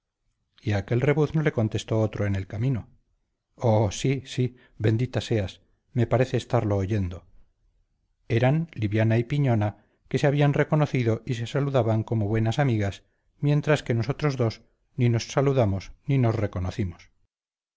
y a aquel rebuzno contestó otro en el camino oh sí sí bendita seas me parece estarlo oyendo eran liviana y piñona que se habían reconocido y se saludaban como buenas amigas mientras que nosotros dos ni nos saludamos ni nos reconocimos